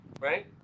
right